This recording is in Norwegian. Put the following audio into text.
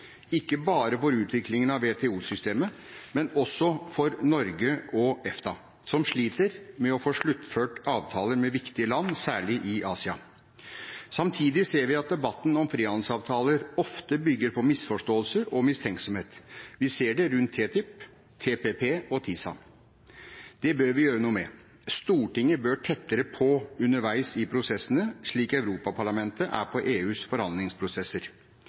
ikke bare for utviklingen av WTO-systemet, men også for Norge og EFTA, som sliter med å få sluttført avtaler med viktige land, særlig i Asia. Samtidig ser vi at debatten om frihandelsavtaler ofte bygger på misforståelser og mistenksomhet. Vi ser det rundt TTIP, TPP og TISA. Det bør vi gjøre noe med. Stortinget bør tettere på underveis i prosessene, slik Europaparlamentet er på EUs forhandlingsprosesser.